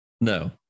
No